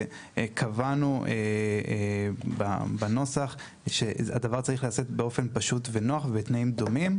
וקבענו בנוסח שהדבר צריך להיעשות באופן פשוט ונוח ובתנאים דומים.